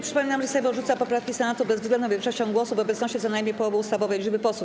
Przypominam, że Sejm odrzuca poprawki Senatu bezwzględną większością głosów w obecności co najmniej połowy ustawowej liczby posłów.